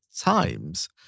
times